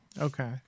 Okay